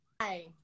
Hi